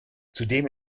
zudem